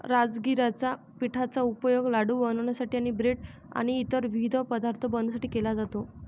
राजगिराच्या पिठाचा उपयोग लाडू बनवण्यासाठी आणि ब्रेड आणि इतर विविध पदार्थ बनवण्यासाठी केला जातो